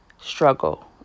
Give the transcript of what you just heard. struggle